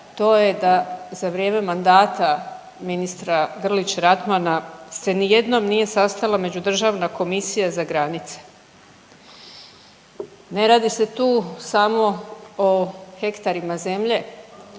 to je da za vrijeme mandata ministra Grlić Radmana se nijednom nije sastala međudržavna komisija za granice. Ne radi se tu samo o hektarima zemlje,